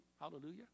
Hallelujah